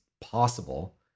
possible